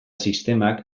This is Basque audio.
sistemak